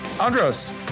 Andros